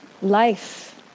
life